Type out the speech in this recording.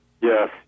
Yes